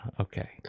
Okay